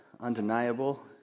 undeniable